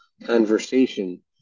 conversation